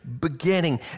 beginning